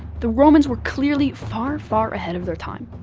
the romans were clearly far, far ahead of their time.